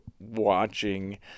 watching